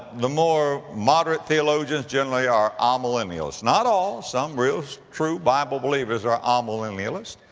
the more moderate theologians generally are amillennialists. not all. some real, true bible believers are amillennialists.